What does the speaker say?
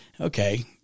okay